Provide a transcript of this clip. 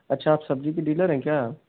अच्छा आप सब्जी की डीलर हैं क्या